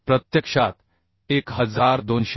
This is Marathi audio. प्रत्यक्षात 1200 कि